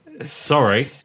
Sorry